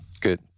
good